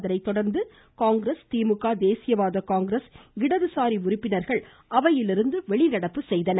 அதனைத்தொடர்ந்து காங்கிரஸ் திமுக தேசியவாத காங்கிரஸ் இடதுசாரி உறுப்பினர்கள் அவையிலிருந்து வெளிநடப்பு செய்தனர்